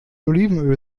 olivenöl